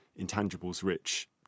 intangibles-rich